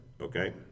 Okay